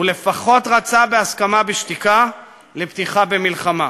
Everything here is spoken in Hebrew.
או לפחות הסכמה בשתיקה לפתיחה במלחמה.